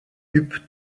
huppe